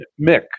Mick